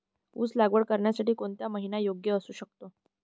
ऊस लागवड करण्यासाठी कोणता महिना योग्य असू शकतो?